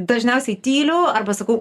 dažniausiai tyliu arba sakau